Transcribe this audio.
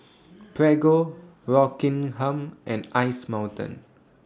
Prego Rockingham and Ice Mountain